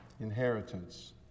inheritance